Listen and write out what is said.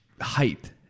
height